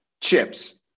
chips